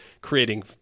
creating